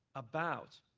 about